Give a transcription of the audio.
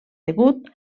degut